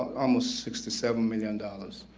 almost sixty-seven million dollars